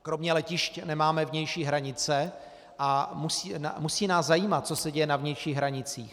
Kromě letišť nemáme vnější hranice a musí nás zajímat, co se děje na vnějších hranicích.